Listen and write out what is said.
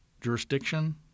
jurisdiction